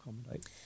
accommodate